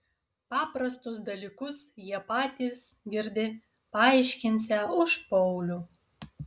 paprastus dalykus jie patys girdi paaiškinsią už paulių